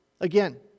again